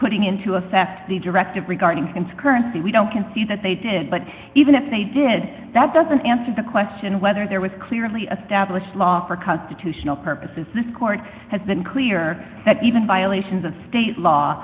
putting into effect the directive regarding and skirts the we don't concede that they did but even if they did that doesn't answer the question whether there was clearly a stablished law for constitutional purposes this court has been clear that even violations of state law